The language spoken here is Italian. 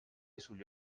sugli